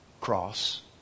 cross